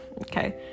okay